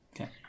Okay